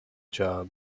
job